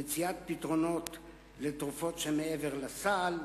במציאת פתרונות לתרופות שמעבר לסל,